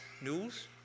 News